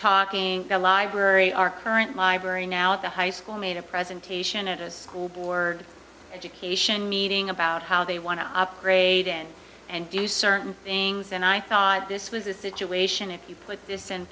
talking the library our current library now the high school made a presentation at a school board of education meeting about how they want to upgrade in and do certain things and i thought this was a situation if you put this